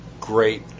great